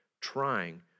trying